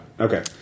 Okay